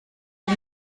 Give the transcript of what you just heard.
den